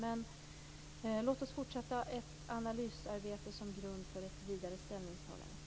Men låt oss fortsätta med analysarbetet som grund för ett vidare ställningstagande.